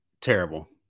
terrible